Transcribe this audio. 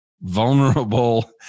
vulnerable